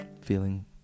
Feeling